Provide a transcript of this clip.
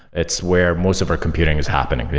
it's where most of our computing is happening.